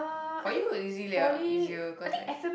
for you easy lah easier cause like